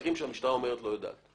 המקרים שבהם המשטרה אומרת שהיא לא יודעת.